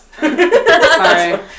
Sorry